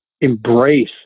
embrace